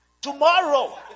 Tomorrow